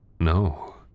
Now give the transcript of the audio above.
no